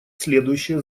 следующие